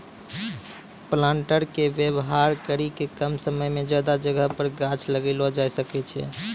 planter के वेवहार करी के कम समय मे ज्यादा जगह पर गाछ लगैलो जाय सकै छै